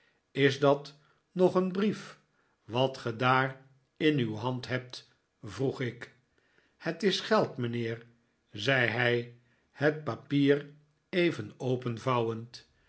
is dat nog een brief wat ge daar in uw hand hebt vroeg ik het is geld mijnheer zei hij het papier even openvouwend